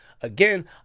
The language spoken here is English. Again